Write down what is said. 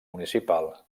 municipal